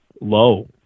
low